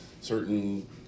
certain